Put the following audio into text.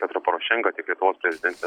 petro porošenka tiek lietuvos prezidentė